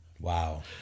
Wow